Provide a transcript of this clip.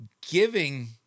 giving